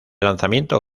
lanzamiento